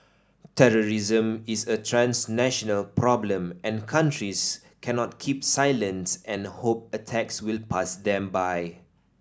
terrorism is a transnational problem and countries cannot keep silent and hope attacks will pass them by